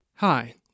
Hi